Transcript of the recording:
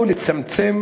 או לצמצם